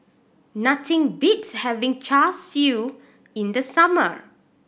nothing beats having Char Siu in the summer